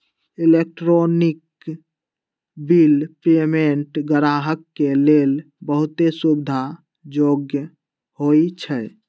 electronic bill payment गाहक के लेल बहुते सुविधा जोग्य होइ छइ